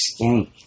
skank